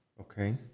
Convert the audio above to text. Okay